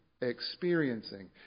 experiencing